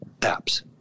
apps